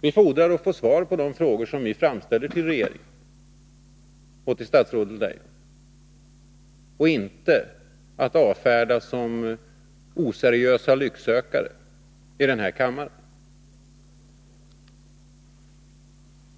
Vi fordrar att få svar på de frågor som vi framställer till regeringen och att inte avfärdas som oseriösa lycksökare i den här kammaren.